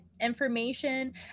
information